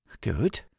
Good